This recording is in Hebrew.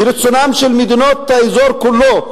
ורצונן של מדינות האזור כולו,